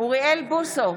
אוריאל בוסו,